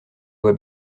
voix